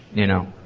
you know,